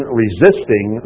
resisting